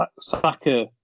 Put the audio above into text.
Saka